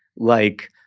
like,